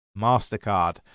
MasterCard